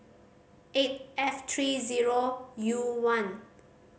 eight F three zero U one